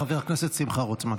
חבר הכנסת שמחה רוטמן.